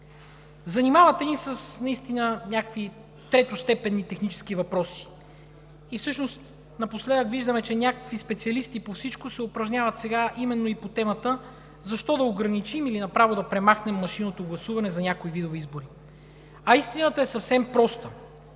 Занимавате ни наистина с някакви третостепенни технически въпроси. Всъщност напоследък виждаме, че някакви специалисти по всичко се упражняват именно и по темата: „Защо да ограничим или направо да премахнем машинното гласуване за някои видове избори?“ Истината е съвсем проста.